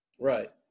Right